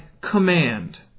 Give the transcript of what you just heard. command